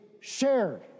shared